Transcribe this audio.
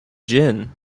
gin